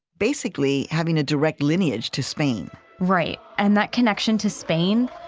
basically having a direct lineage to spain right. and that connection to spain,